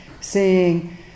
seeing